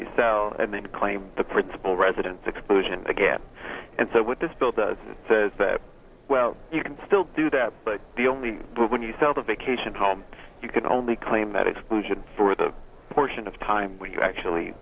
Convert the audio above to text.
you sell and then claim the principal residence explosion again and so what this bill does and says that well you can still do that but the only but when you sell the vacation home you can only claim that exclusion for the portion of time when you actually